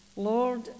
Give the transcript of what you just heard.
Lord